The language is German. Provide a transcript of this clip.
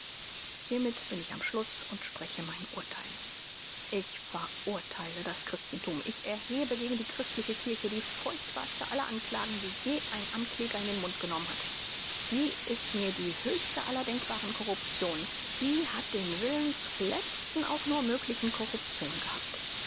hiermit bin ich am schluß und spreche mein urtheil ich verurtheile das christenthum ich erhebe gegen die christliche kirche die furchtbarste aller anklagen die je ein ankläger in den mund genommen hat sie ist mir die höchste aller denkbaren corruptionen sie hat den willen zur letzten auch nur möglichen corruption gehabt